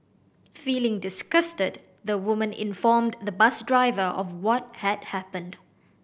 feeling disgusted the woman informed the bus driver of what had happened